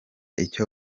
icyo